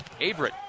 Averett